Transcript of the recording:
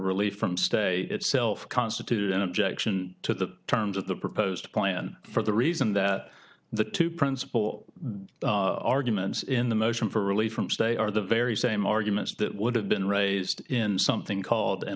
relief from state itself constitute an objection to the terms of the proposed plan for the reason that the two principal arguments in the motion for relief from stay are the very same arguments that would have been raised in something called an